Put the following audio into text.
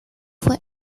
fue